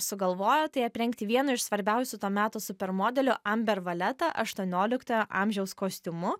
sugalvojo tai aprengti vieną iš svarbiausių to meto super modelių amber valetą aštuonioliktojo amžiaus kostiumu